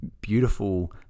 beautiful